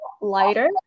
lighter